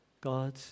God